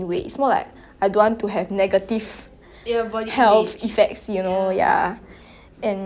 ya it's just !wah! very scary lah to think that food can cause so many problems if you don't eat properly you know